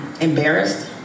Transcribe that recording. embarrassed